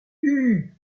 hue